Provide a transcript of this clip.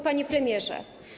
Panie Premierze!